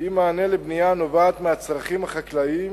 עם מענה לבנייה הנובעת מהצרכים החקלאיים,